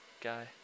guy